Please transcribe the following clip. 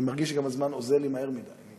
אני גם מרגיש שהזמן אוזל לי מהר מדי.